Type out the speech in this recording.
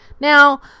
Now